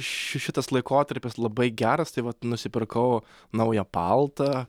ši šitas laikotarpis labai geras tai vat nusipirkau naują paltą